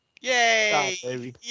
Yay